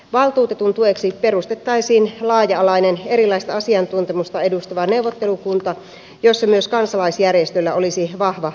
valtuutetun tueksi perustettaisiin laaja alainen erilaista asiantuntemusta edustava neuvottelukunta jossa myös kansalaisjärjestöillä olisi vahva edustus